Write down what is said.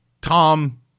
Tom